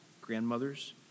grandmothers